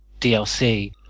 DLC